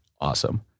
awesome